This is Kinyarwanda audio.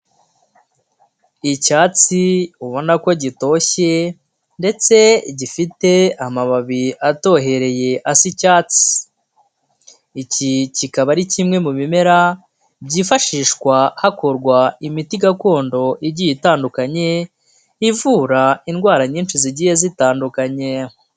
Icyatsi ubona ko gitoshye, ndetse gifite amababi atohereye asa icyatsi. Iki kikaba ari kimwe mu bimera byifashishwa hakorwa imiti gakondo igiye itandukanye, ivura indwara nyinshi zagiye zitandukanye.